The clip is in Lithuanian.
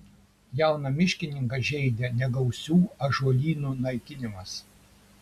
jauną miškininką žeidė negausių ąžuolynų naikinimas